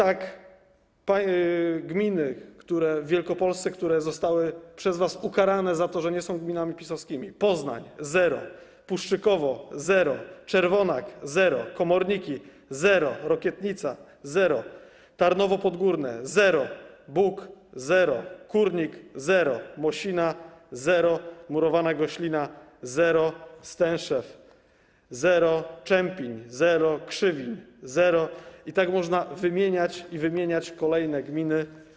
A oto gminy w Wielkopolsce, które zostały przez was ukarane za to, że nie są gminami PiS-owskimi: Poznań - zero, Puszczykowo - zero, Czerwonak - zero, Komorniki - zero, Rokietnica - zero, Tarnowo Podgórne - zero, Buk - zero, Kórnik - zero, Mosina - zero, Murowana Goślina - zero, Stęszew - zero, Czempiń - zero, Krzywiń - zero i tak można wymieniać i wymieniać kolejne gminy.